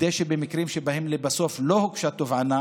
כדי שבמקרים שבהם לבסוף לא הוגשה תובענה